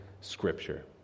scripture